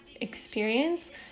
experience